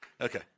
Okay